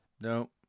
no